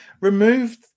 removed